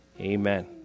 Amen